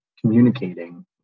communicating